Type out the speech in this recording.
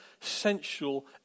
sensual